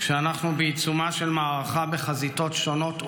כשאנחנו בעיצומה של מערכה בחזיתות שונות ומאיימות,